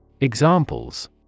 Examples